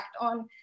on